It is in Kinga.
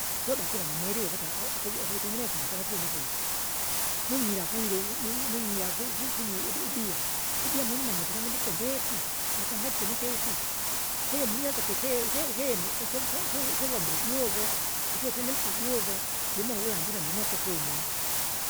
Isoda sla namweliwa ukuta aku akuitengenezaa nasyana sila nakeki, mwinyira kuirya uvu mwi- mwinyira fufu fuinywa ibi- ibia. Ibia mulimenye filengenesyendeti, nasanganyisye nikeki, kwahiyo munyazage ike- ike- ikenu ikiuto uku kivombile ijuve, ikiutengenise ijuveuvulanzi une ndinokwa ukunywa.